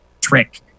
trick